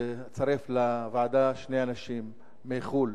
לצרף לוועדה שני אנשים מחוץ-לארץ.